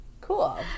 Cool